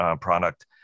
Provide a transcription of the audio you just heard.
product